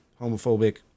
homophobic